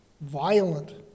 violent